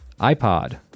iPod